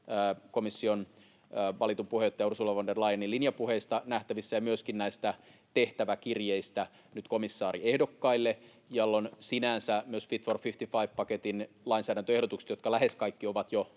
komission valitun puheenjohtajan Ursula von der Leyenin linjapuheista nähtävissä ja myöskin nyt näistä tehtäväkirjeistä komissaariehdokkaille, jolloin sinänsä myös Fit for 55 -paketin lainsäädäntöehdotuksiin, jotka lähes kaikki ovat jo